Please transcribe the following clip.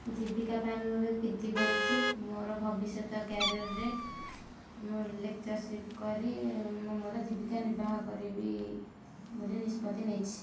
ଜୀବିକା ପାଇଁ ମୁଁ ଏବେ ପିଜି କରୁଛି ମୋର ଭବିଷ୍ୟତ କ୍ୟାରିଅର୍ ରେ ମୁଁ ଲେକଚରସିପ କରି ମୁଁ ମୋର ଜୀବିକା ନିର୍ବାହ କରିବି ବୋଲି ନିଷ୍ପତି ନେଇଛି